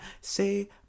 Say